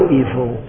evil